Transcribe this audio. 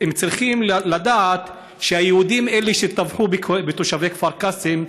הם צריכים לדעת שהיהודים הם שטבחו בתושבי כפר קאסם,